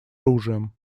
оружием